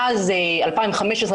מאז 2016-2015,